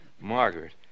Margaret